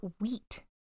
wheat